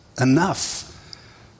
enough